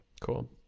Cool